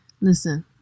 Listen